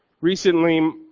Recently